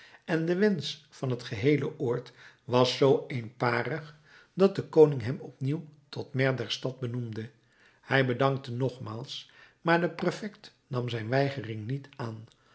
en de wensch van het geheele oord was zoo eenparig dat de koning hem opnieuw tot maire der stad benoemde hij bedankte nogmaals maar de prefect nam zijn weigering niet aan